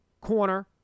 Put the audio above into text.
corner